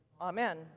Amen